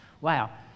Wow